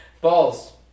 Balls